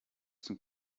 zum